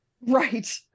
Right